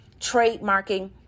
trademarking